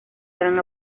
gran